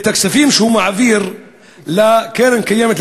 את הכספים שהוא מעביר לקרן קיימת לישראל,